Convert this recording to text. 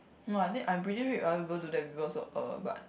no I think I'm pretty if other people do that people also uh but